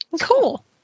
Cool